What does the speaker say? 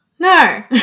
No